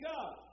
God